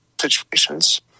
situations